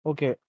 Okay